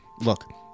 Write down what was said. Look